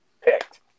picked